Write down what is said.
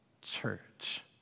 church